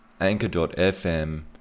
Anchor.fm